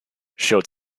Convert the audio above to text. showed